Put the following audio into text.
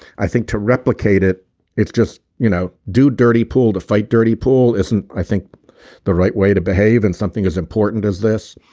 i think to replicate it it's just you know do dirty pool to fight dirty pool isn't i think the right way to behave in something as important as this.